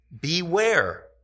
Beware